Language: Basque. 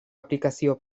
aplikazio